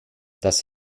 das